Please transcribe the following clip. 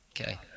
Okay